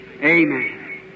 Amen